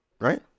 right